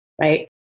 right